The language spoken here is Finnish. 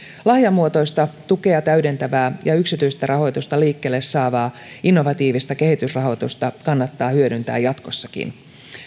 lahjamuotoista tukea täydentävää ja yksityistä rahoitusta liikkeelle saavaa innovatiivista kehitysrahoitusta kannattaa hyödyntää jatkossakin